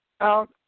out